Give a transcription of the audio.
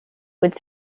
would